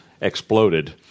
exploded